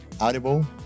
Audible